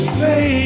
say